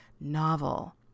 novel